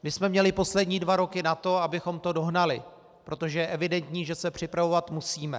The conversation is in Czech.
My jsme měli poslední dva roky na to, abychom to dohnali, protože je evidentní, že se připravovat musíme.